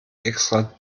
extra